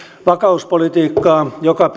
vakauspolitiikkaa joka